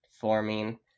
forming